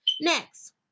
Next